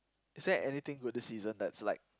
is there anything good this season that's like